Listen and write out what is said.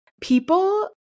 people –